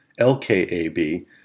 LKAB